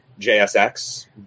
JSX